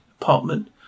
apartment